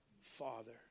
Father